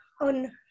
on